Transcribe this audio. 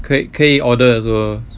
可以可以 order also